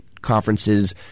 conferences